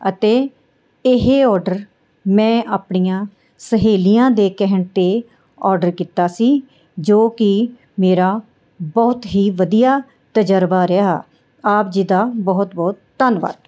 ਅਤੇ ਇਹ ਔਡਰ ਮੈਂ ਆਪਣੀਆਂ ਸਹੇਲੀਆਂ ਦੇ ਕਹਿਣ 'ਤੇ ਔਡਰ ਕੀਤਾ ਸੀ ਜੋ ਕਿ ਮੇਰਾ ਬਹੁਤ ਹੀ ਵਧੀਆ ਤਜਰਬਾ ਰਿਹਾ ਆਪ ਜੀ ਦਾ ਬਹੁਤ ਬਹੁਤ ਧੰਨਵਾਦ